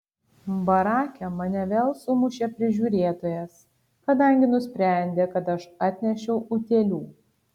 barake mane vėl sumušė prižiūrėtojas kadangi nusprendė kad aš atnešiau utėlių